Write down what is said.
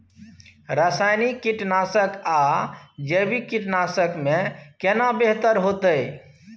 रसायनिक कीटनासक आ जैविक कीटनासक में केना बेहतर होतै?